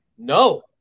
No